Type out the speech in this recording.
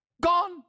Gone